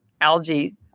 algae